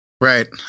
Right